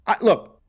Look